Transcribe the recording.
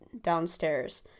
downstairs